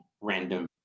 random